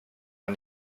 man